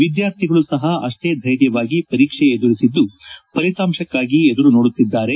ಎದ್ದಾರ್ಥಿಗಳು ಸಹ ಅಷ್ಟೇ ಧ್ಯೆಯವಾಗಿ ಪರೀಕ್ಷೆ ಎದುರಿಸಿದ್ದು ಫಲಿತಾಂಶಕ್ಕಾಗಿ ಎದುರು ನೋಡುತ್ತಿದ್ದಾರೆ